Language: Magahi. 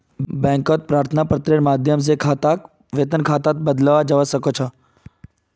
बैंकत प्रार्थना पत्रेर माध्यम स खाताक वेतन खातात बदलवाया जबा स ख छ